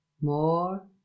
more